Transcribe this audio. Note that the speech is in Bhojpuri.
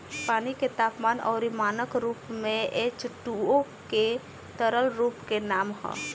पानी के तापमान अउरी मानक रूप में एचटूओ के तरल रूप के नाम ह